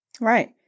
Right